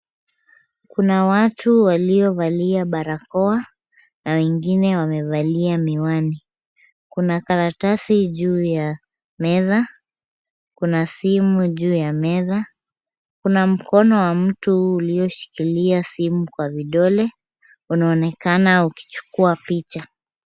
Kuna watu waliovalia barakoa na wengine wamevalia miwani. Kuna karatasi juu ya meza, kuna simu juu ya meza. Kuna mkono wa mtu ulioshikilia simu kwa vidole, unaonekana ukichukua picha.